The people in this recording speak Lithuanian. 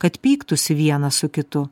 kad pyktųsi vienas su kitu